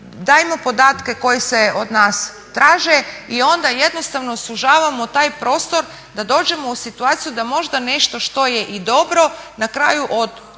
dajmo podatke koji se od nas traže i onda jednostavno sužavamo taj prostor da dođemo u situaciju da možda nešto što je i dobro na kraju od šume